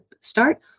start